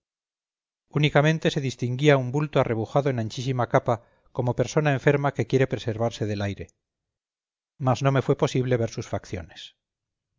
únicamente se distinguía un bulto arrebujado en anchísima capa como persona enferma que quiere preservarse del aire mas no me fue posible ver sus facciones